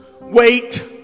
wait